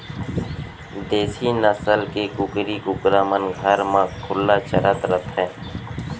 देसी नसल के कुकरी कुकरा मन घर म खुल्ला चरत रथें